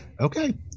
Okay